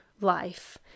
life